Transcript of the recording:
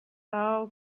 thou